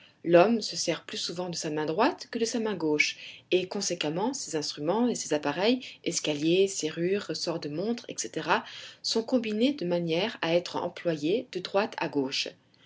l'homme se sert plus souvent de sa main droite que de sa main gauche et conséquemment ses instruments et ses appareils escaliers serrures ressorts de montres etc sont combinés de manière a être employés de droite à gauche